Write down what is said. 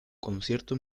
concierto